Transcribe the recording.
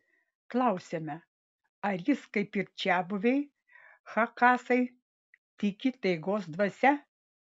klausiame ar jis kaip ir čiabuviai chakasai tiki taigos dvasia